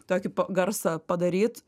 tokį garsą padaryt